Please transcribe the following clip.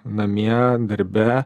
namie darbe